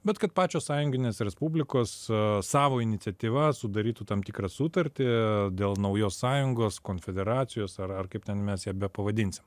bet kad pačios sąjunginės respublikos savo iniciatyva sudarytų tam tikrą sutartį dėl naujos sąjungos konfederacijos ar ar kaip ten mes ją bepavadinsim